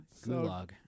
Gulag